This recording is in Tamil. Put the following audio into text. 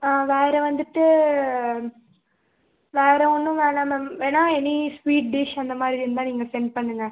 ஆ வேறு வந்துட்டு வேறு ஒன்றும் வேணாம் மேம் வேணால் எனி ஸ்வீட் டிஷ் அந்த மாதிரி இருந்தால் நீங்கள் செண்ட் பண்ணுங்கள்